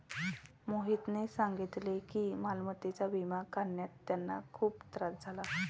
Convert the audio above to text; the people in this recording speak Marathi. मोहितने सांगितले की मालमत्तेचा विमा काढण्यात त्यांना खूप त्रास झाला